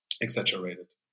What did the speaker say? exaggerated